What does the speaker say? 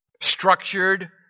Structured